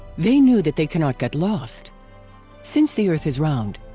they knew that they cannot get lost since the earth is round,